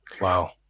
wow